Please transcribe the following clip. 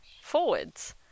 forwards